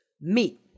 Meat